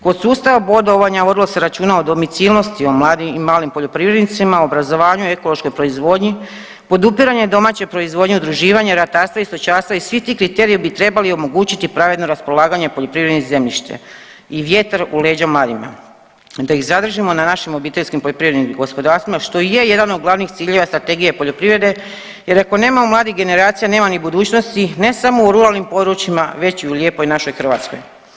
Kod sustava bodovanja vodilo se računa o domicilnosti i malim poljoprivrednicima, obrazovanju, ekološkoj proizvodnji, podupiranje domaće proizvodnje, udruživanje ratarstva i stočarstva i svi ti kriteriji bi trebali omogućiti pravedno raspolaganje poljoprivrednim zemljištem i vjetar u leđa mladima da iz zadržimo na našim obiteljskim poljoprivrednim gospodarstvima što i je jedan od glavnih ciljeva Strategije poljoprivrede jer ako nemamo mladih generacija nema ni budućnosti ne samo u ruralnim područjima već i u lijepoj našoj Hrvatskoj.